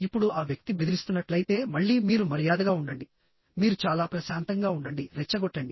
ఇప్పుడు ఆ వ్యక్తి బెదిరిస్తున్నట్లయితే మళ్ళీ మీరు మర్యాదగా ఉండండి మీరు చాలా ప్రశాంతంగా ఉండండి రెచ్చగొట్టండి